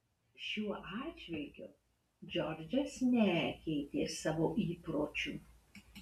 šiuo atžvilgiu džordžas nekeitė savo įpročių